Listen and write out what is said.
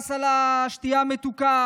מס על השתייה המתוקה,